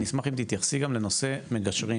אני אשמח שתתייחסי גם לנושא של פרויקט המגשרים.